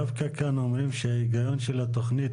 דווקא כאן אומרים שההיגיון של התוכנית